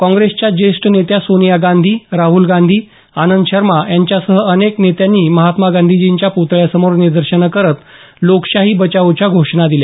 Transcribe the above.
काँग्रेसच्या ज्येष्ठ नेत्या सोनिया गांधी राहुल गांधी आनंद शर्मा यांच्यासह अनेक नेत्यांनी महात्मा गांधीजींच्या प्तळ्यासमोर निदर्शनं करत लोकशाही बचाओच्या घोषणा दिल्या